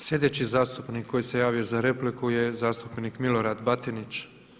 Slijedeći zastupnik koji se javio za repliku je zastupnik Milorad Batinić.